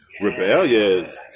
Rebellious